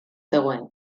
zegoen